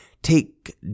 Take